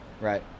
right